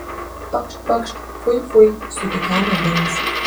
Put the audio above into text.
pakšt pakšt fui fui sukikeno denis